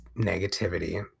negativity